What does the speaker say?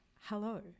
hello